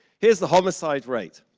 here's the homicide rate.